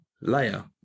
layer